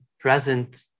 Present